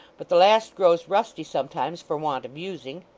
but the last grows rusty sometimes for want of using